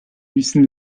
müssen